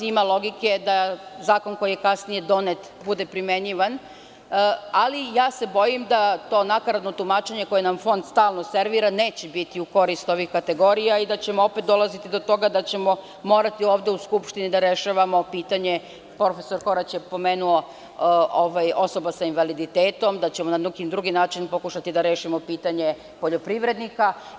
Ima logike da zakon koji je kasnije donet bude primenjivan, ali ja se bojim da to nakaradno tumačenje koje nam Fonda stalno servira neće biti u korist ovih kategorija i da ćemo opet dolaziti do toga da ćemo morati ovde u Skupštini da rešavamo pitanje, profesor Korać je pomenuo, osoba sa invaliditetom, da ćemo na neki drugi način pokušati da rešimo pitanje poljoprivrednika.